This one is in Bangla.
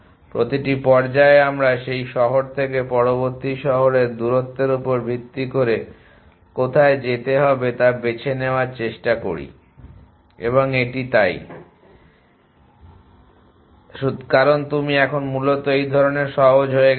প্রতিটি পর্যায়ে আমরা সেই শহর থেকে পরবর্তী শহরের দূরত্বের উপর ভিত্তি করে কোথায় যেতে হবে তা বেছে নেওয়ার চেষ্টা করি এবং এটি এই I দিয়ে করা সহজ কারণ তুমি এখন মূলত এই ধরণের সহজ হয়ে গেছো